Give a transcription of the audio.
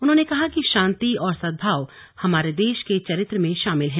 उन्होंने कहा कि शांति और सद्भाव हमारे देश के चरित्र में शामिल हैं